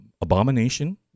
abomination